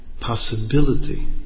possibility